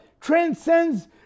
transcends